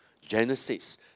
Genesis